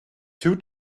two